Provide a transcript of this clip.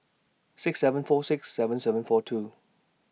six seven four six seven seven four two